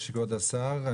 כבוד השר,